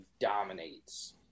dominates